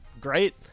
Great